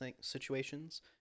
situations